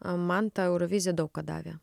man ta eurovizija daug ką davė